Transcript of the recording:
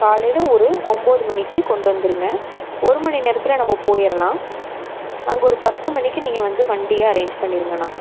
காலையில் ஒரு ஒம்பது மணிக்கு கொண்டு வந்துடுங்க ஒரு மணி நேரத்தில் நம்ம போயிடலாம் அங்கே ஒரு பத்து மணிக்கு நீங்கள் வந்து வண்டியை அரேஞ்ச் பண்ணிடுங்கண்ணா